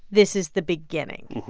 this is the beginning.